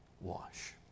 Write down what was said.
wash